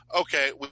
okay